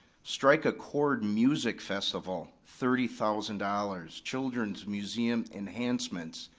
strike a chord music festival, thirty thousand dollars. children's museum enhancements,